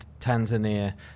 Tanzania